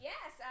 Yes